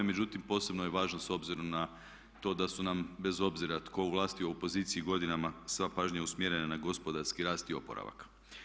Međutim, posebno je važno s obzirom na to da su nam bez obzira tko u vlasti u opoziciji godinama sva pažnja usmjerena na gospodarski rast i oporavak.